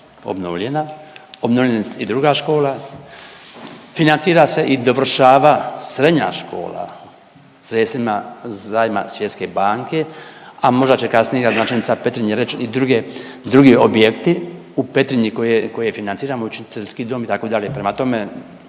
Obnovljena je i druga škola, financira se i dovršava srednja škola sredstvima zajma Svjetske banke, a možda će kasnije i gradonačelnica Petrinje reć i druge, drugi objekti u Petrinji koje, koje financiramo, Učiteljski dom itd.